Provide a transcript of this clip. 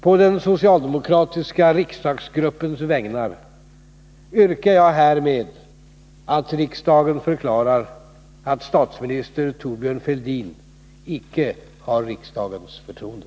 På den socialdemokratiska riksdagsgruppens vägnar yrkar jag härmed att riksdagen förklarar att statsminister Thorbjörn Fälldin icke har riksdagens förtroende.